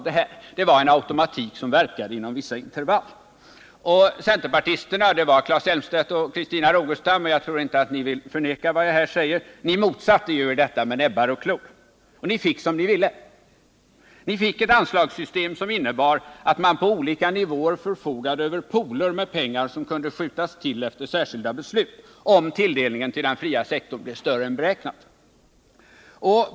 Det skulle vara en automatik som verkade inom vissa intervaller. Centerpartisterna Claes Elmstedt och Christina Rogestam — jag tror inte ni vill förneka vad jag säger — kämpade mot detta med näbbar och klor. Ni fick som ni ville. Ni fick ett anslagssystem som innebar att man på olika nivåer förfogade över pooler med pengar som kunde skjutas till efter särskilda beslut, om tilldelningen till den fria sektorn blev större än beräknat.